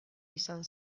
izan